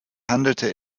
handelte